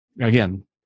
again